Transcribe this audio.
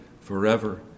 forever